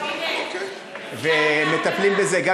או, הנה, אוקיי.